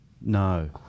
No